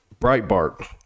breitbart